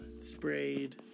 sprayed